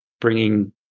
bringing